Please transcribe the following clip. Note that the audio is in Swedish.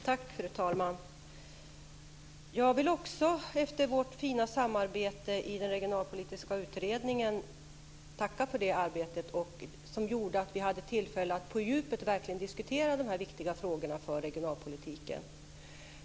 Fru talman! Jag vill också tacka för vårt fina samarbete i den regionalpolitiska utredningen som gjorde att vi hade tillfälle att på djupet verkligen diskutera dessa för regionalpolitiken viktiga frågor.